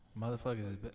motherfuckers